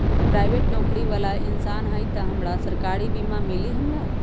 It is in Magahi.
पराईबेट नौकरी बाला इंसान हई त हमरा सरकारी बीमा मिली हमरा?